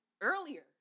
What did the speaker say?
earlier